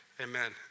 Amen